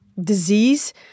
disease